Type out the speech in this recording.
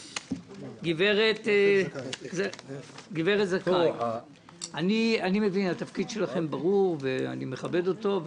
גברת זכאי, התפקיד שלכם ברור ואני מכבד אותו.